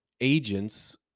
agents